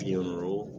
Funeral